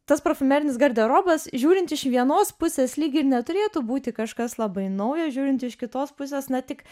tas profumerinis garderobas žiūrint iš vienos pusės lyg ir neturėtų būti kažkas labai naujo žiūrint iš kitos pusės na tik